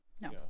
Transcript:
No